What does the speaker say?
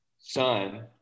son